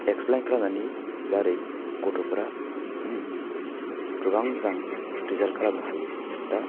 explain खालामनानै जारै गथ'फोरा गोबां मोजां रिजाल्ट खालामनो हायो दा